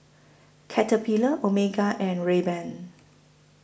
Caterpillar Omega and Rayban